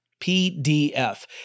PDF